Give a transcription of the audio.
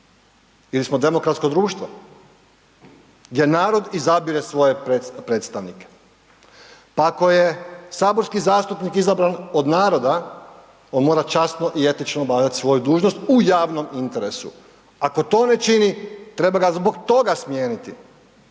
Ili smo demokratsko društvo gdje narod izabire svoje predstavnike? Pa ako je saborski zastupnik izabran od naroda, on mora časno i etično obavljati svoju dužnost u javnom interesu. Ako to ne čini, treba ga zbog toga smijeniti,